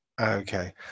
Okay